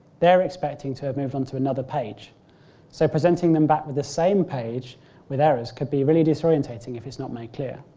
they're expecting to have moved on to another page so presenting them back with the same page with errors could be really disorientating if it is not made clear.